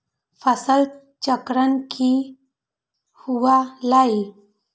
फसल चक्रण की हुआ लाई?